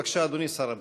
בבקשה, אדוני שר הבריאות.